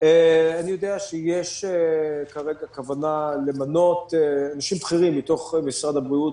אני יודע שיש כרגע כוונה למנות אנשים בכירים מתוך משרד הבריאות,